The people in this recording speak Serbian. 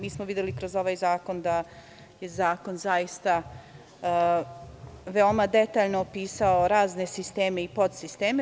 Mi smo videli kroz ovaj zakon da je zakon veoma detaljno opisao razne sisteme i podsisteme.